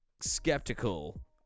skeptical